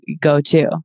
go-to